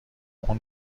اون